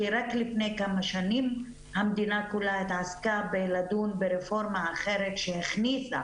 כי רק לפני כמה שנים המדינה כולה התעסקה בלדון ברפורמה אחרת שהכניסה